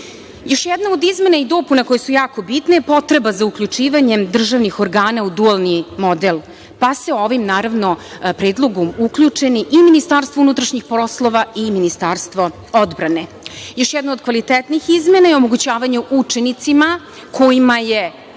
jedna od izmena i dopuna koje su jako bitne je potreba za uključivanjem državnih organa u dualni model, pa su ovim predlogom uključeni i Ministarstvo unutrašnjih poslova i Ministarstvo odbrane. Još jedna od kvalitetnih izmena je omogućavanje učenicima kojima je